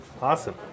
Awesome